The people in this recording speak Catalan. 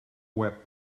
web